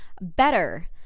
Better